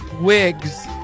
wigs